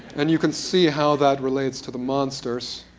and you can see how that relates to the monsters,